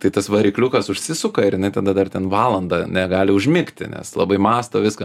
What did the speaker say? tai tas varikliukas užsisuka ir jinai tada dar ten valandą negali užmigti nes labai mąsto viską